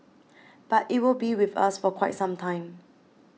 but it will be with us for quite some time